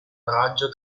raggio